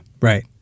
right